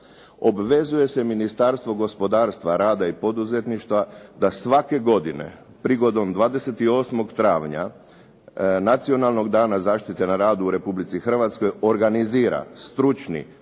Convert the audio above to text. "Obvezuje je se Ministarstvo gospodarstvo, rada i poduzetništva da svake godine prigodom 28. travnja Nacionalnog dana zaštite na radu u Republici Hrvatskoj, organizira stručni